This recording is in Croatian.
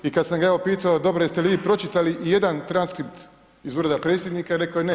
I kada sam ga ja upitao: „Dobro jeste li vi pročitali i jedan transkript iz Ureda Predsjednika?“ Rekao je: „Ne.